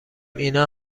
اینا